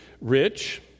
rich